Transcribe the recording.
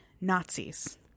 Nazis